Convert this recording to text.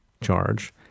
charge